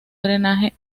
drenaje